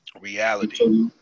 Reality